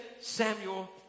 Samuel